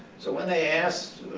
so when they asked,